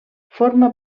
forma